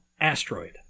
asteroid